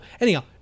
Anyhow